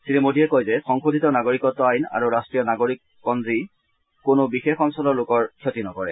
শ্ৰীমোদীয়ে কয় যে সংশোধিত নাগৰিকত্ব আইন আৰু ৰাষ্ট্ৰীয় নাগৰিকপঞ্জী আইন কোনো বিশেষ অঞ্চলৰ লোকৰ ক্ষতি নকৰে